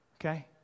Okay